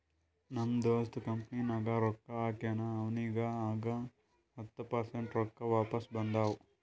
ನಮ್ ದೋಸ್ತ್ ಕಂಪನಿನಾಗ್ ರೊಕ್ಕಾ ಹಾಕ್ಯಾನ್ ಅವ್ನಿಗ ಈಗ್ ಹತ್ತ ಪರ್ಸೆಂಟ್ ರೊಕ್ಕಾ ವಾಪಿಸ್ ಬಂದಾವ್